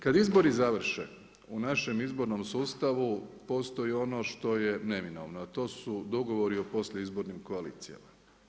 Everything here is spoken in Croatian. Kada izbori završe u našem izbornom sustavu postoji ono što je neminovno a to su dogovori o poslije izbornim koalicijama.